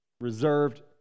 reserved